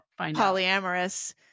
polyamorous